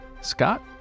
Scott